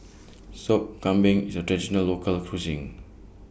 Sop Kambing IS A Traditional Local Cuisine